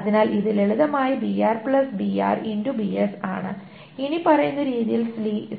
അതിനാൽ ഇത് ലളിതമായി ആണ് ഇനിപ്പറയുന്ന രീതിയിൽ